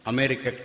America